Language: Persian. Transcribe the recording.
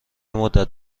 مدت